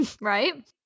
Right